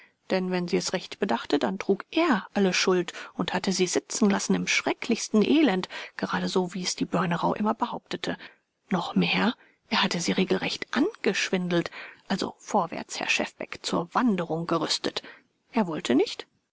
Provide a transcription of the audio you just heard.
denn wenn sie es recht bedachte dann trug er alle schuld und hatte sie sitzen lassen im schrecklichsten elend gerade so wie es die börnerau immer behauptete noch mehr er hatte sie regelrecht angeschwindelt also vorwärts herr schefbeck zur wanderung gerüstet er wollte nicht